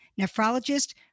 nephrologist